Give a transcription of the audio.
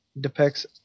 depicts